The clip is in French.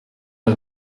m’a